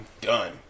Done